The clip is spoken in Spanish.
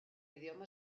idioma